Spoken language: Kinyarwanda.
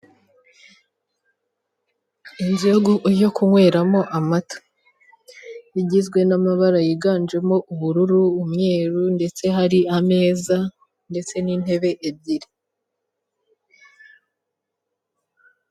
Inzu yo kunyweramo amata igizwe n'amabara yiganjemo ubururu, umweru ndetse hari ameza ndetse n'intebe ebyiri.